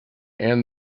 and